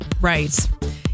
Right